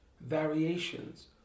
variations